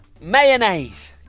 mayonnaise